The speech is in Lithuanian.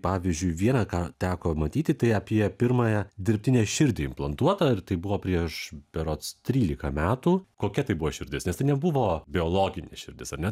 pavyzdžiui viena ką teko matyti tai apie pirmąją dirbtinę širdį implantuotą ir tai buvo prieš berods trylika metų kokia tai buvo širdis nes tai nebuvo biologinė širdis ar ne